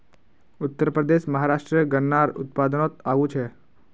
उत्तरप्रदेश, महाराष्ट्र गन्नार उत्पादनोत आगू छे